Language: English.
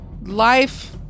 life